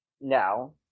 No